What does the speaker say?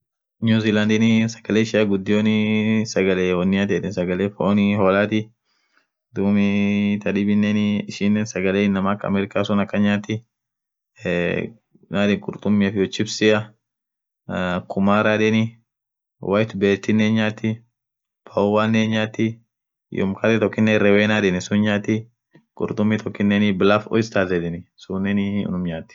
Newziland sagale ishian ghudion sagale woniathi yedhen sagale fonn holathi dhub thadhibinen ishinen sagale inamaa akaa america suun akhan nyati eee mayedhen khurtummiaf iyo chipsia aaa khumaraa yedheni white bethinen hinyathi pownen hinyathi iyoo mkate tokinen irowen yedheni hinyathi khurtummi tokinen blaf ostias sunen unum nyati